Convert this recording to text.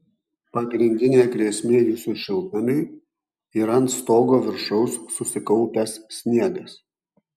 pagrindinė grėsmė jūsų šiltnamiui yra ant stogo viršaus susikaupęs sniegas